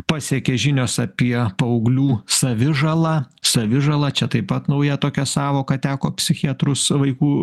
pasiekia žinios apie paauglių savižalą savižala čia taip pat nauja tokia sąvoka teko psichiatrus vaikų